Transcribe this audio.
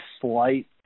slight